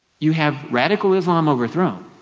you have radical islam overthrown.